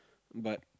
but